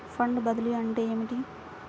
Fund బదిలీ అంటే ఏమిటి?